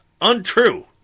Untrue